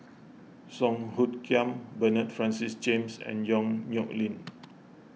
Song Hoot Kiam Bernard Francis James and Yong Nyuk Lin